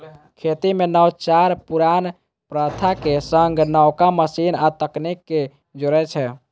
खेती मे नवाचार पुरान प्रथाक संग नबका मशीन आ तकनीक कें जोड़ै छै